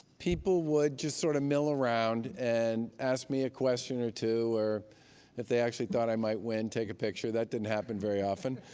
people would just sort of mill around and ask me a question or two, or if they actually thought i might win, take a picture. that didn't happen very often.